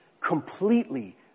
completely